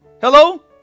Hello